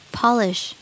polish